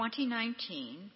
2019